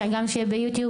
שגם יהיה ביוטיוב,